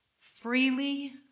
Freely